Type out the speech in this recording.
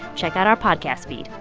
check out our podcast feed.